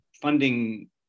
funding